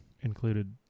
included